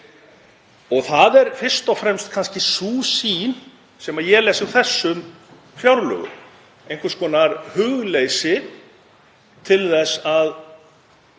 Það er fyrst og fremst kannski sú sýn sem ég les úr þessum fjárlögum, einhvers konar hugleysi í því að